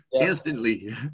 instantly